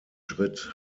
schritt